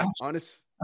honest